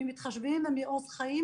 מ"מתחשבים" ומעוז חיים.